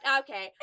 okay